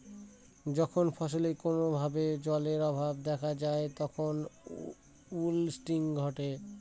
যখন ফসলে কোনো ভাবে জলের অভাব দেখা যায় তখন উইল্টিং ঘটে